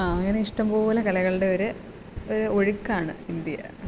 അങ്ങനെ ഇഷ്ടം പോലെ കലകളുടെ ഒരു ഒരു ഒഴുക്കാണ് ഇന്ത്യ